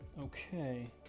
Okay